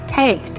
Hey